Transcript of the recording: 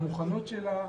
המוכנות שלה,